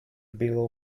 below